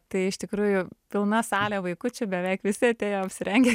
tai iš tikrųjų pilna salė vaikučių beveik visi atėjo apsirengę